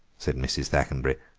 said mrs. thackenbury,